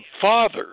father